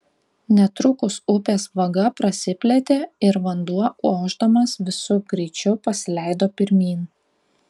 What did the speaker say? netrukus upės vaga prasiplėtė ir vanduo ošdamas visu greičiu pasileido pirmyn